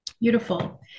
Beautiful